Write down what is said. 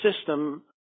system